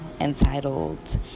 entitled